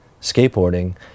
skateboarding